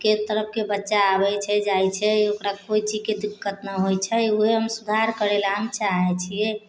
के तरफके बच्चा आबै छै जाइ छै ओकरा कोइ चीजके दिक्कत नहि होइ छै वएह हम सुधार करैलए हम चाहै छिए